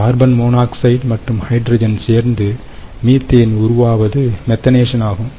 carbon monoxide மற்றும் hydrogen சேர்ந்து methane உருவாவது மெத்தனேஷன் ஆகும்